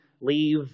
leave